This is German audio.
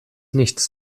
nichts